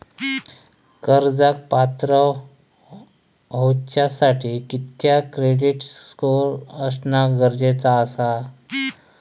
कर्जाक पात्र होवच्यासाठी कितक्या क्रेडिट स्कोअर असणा गरजेचा आसा?